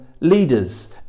Leaders